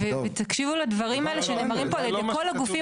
בכל מקרה.